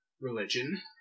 religion